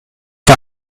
war